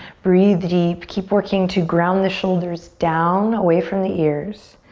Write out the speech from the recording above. breathe deep, keep working to ground the shoulders down away from the ears.